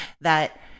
that-